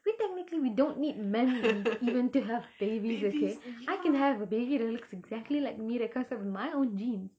we technically we don't need men to even to have babies okay I can have a baby that lookays exactly like me because of my own genes